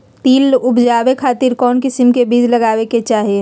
तिल उबजाबे खातिर कौन किस्म के बीज लगावे के चाही?